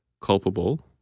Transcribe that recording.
culpable